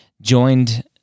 joined